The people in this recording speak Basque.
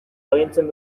agintzen